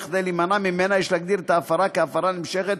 וכדי להימנע ממנה יש להגדיר את ההפרה כהפרה נמשכת